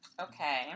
Okay